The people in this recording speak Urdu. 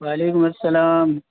وعلیکم السلام